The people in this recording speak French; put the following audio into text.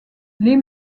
les